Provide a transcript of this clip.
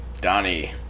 Donnie